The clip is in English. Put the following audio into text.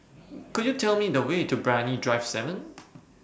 Could YOU Tell Me The Way to Brani Drive seven